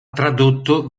tradotto